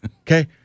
Okay